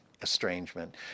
estrangement